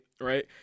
right